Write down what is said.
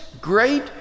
great